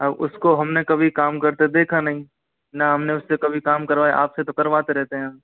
और उसको हमने कभी काम करते देखा नहीं न हमने उससे कभी काम करवाया आपसे तो करवाते रहते हैं हम